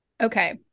Okay